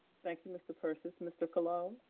thank you, mr. persis. mr. colon.